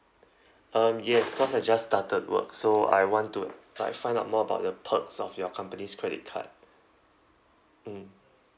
um yes cause I just started work so I want to like find out more about the perks of your company's credit card mm